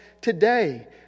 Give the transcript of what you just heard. today